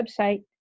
website